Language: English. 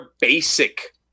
basic